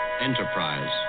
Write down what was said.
Enterprise